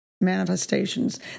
manifestations